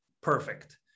perfect